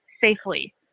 safely